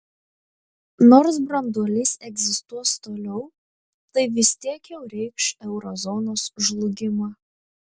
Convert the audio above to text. nors branduolys egzistuos toliau tai vis tiek jau reikš euro zonos žlugimą